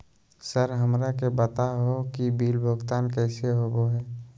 Sir हमरा के बता हो कि बिल भुगतान कैसे होबो है?